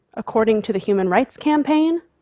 according to the human rights campaign,